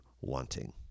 wanting